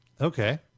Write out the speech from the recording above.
Okay